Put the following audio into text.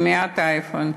מייד אייפון,